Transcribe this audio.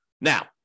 Now